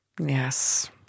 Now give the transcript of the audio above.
Yes